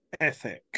ethic